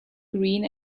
green